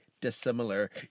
dissimilar